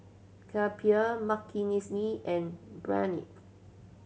Kapil Makineni and Pranav